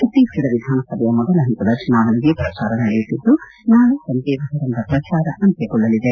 ಛತ್ತೀಸ್ಗಡ ವಿಧಾನಸಭೆಯ ಮೊದಲ ಪಂತದ ಚುನಾವಣೆಗೆ ಪ್ರಚಾರ ನಡೆಯುತ್ತಿದ್ದು ನಾಳೆ ಸಂಜೆ ಬಹಿರಂಗ ಪ್ರಚಾರ ಅಂತ್ಯಗೊಳ್ಳಲಿದೆ